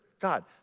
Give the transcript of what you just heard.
God